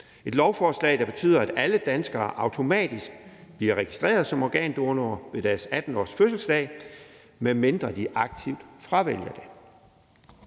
beslutningsforslag, der betyder, at alle danskere automatisk bliver registreret som organdonorer ved deres 18-årsfødselsdag, medmindre de aktivt fravælger det.